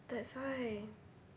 that's why